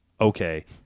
okay